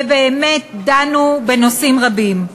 ובאמת דנו בנושאים רבים.